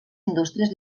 indústries